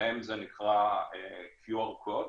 בשניהם זה נקרא QR קוד.